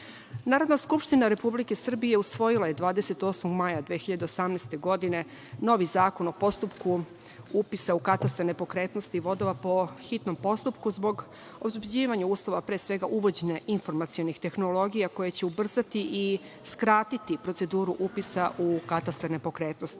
prava. Narodna skupština Republike Srbije usvojila je 28. maja 2018. godine novi Zakon o postupku upisa u katastar nepokretnosti i vodova po hitnom postupku zbog obezbeđivanja uslova, pre svega, uvođenje informacionih tehnologija, koje će ubrzati i skratiti proceduru upisa u katastar nepokretnosti,